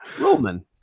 Roman